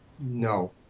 No